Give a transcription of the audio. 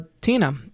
Tina